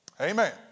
Amen